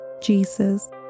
Jesus